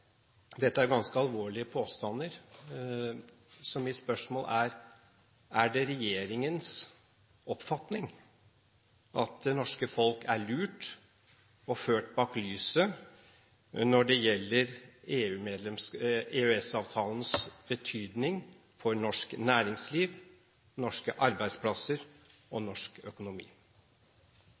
dette er jo ganske alvorlige påstander: Er det regjeringens oppfatning at det norske folk er «lurt» og «ført bak lyset» når det gjelder EØS-avtalens betydning for norsk næringsliv, norske arbeidsplasser og norsk økonomi?